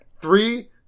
Three